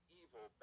evil